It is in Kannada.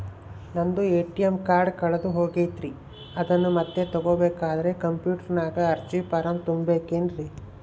ನಂದು ಎ.ಟಿ.ಎಂ ಕಾರ್ಡ್ ಕಳೆದು ಹೋಗೈತ್ರಿ ಅದನ್ನು ಮತ್ತೆ ತಗೋಬೇಕಾದರೆ ಕಂಪ್ಯೂಟರ್ ನಾಗ ಅರ್ಜಿ ಫಾರಂ ತುಂಬಬೇಕನ್ರಿ?